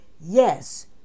Yes